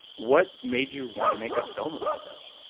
what made you want to make a film about this?